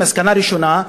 מסקנה ראשונה,